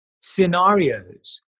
scenarios